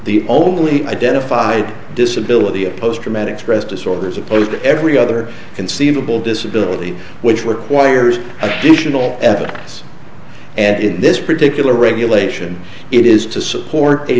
the only identified disability a post traumatic stress disorder as opposed to every other conceivable disability which would require is additional evidence and in this particular regulation it is to support a